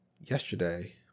Yesterday